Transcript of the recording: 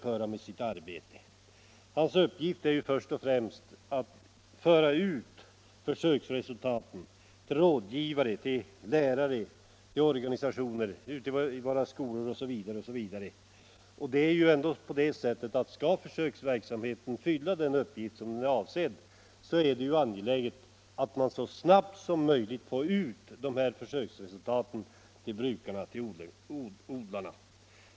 Hans uppgift är först och främst att föra ut försöksresultaten till rådgivare och lärare i skolorna, till organisationerna, osv. Skall försöksverksamheten fylla den uppgift den är avsedd för är det angeläget att man får ut försöksresultaten till brukarna.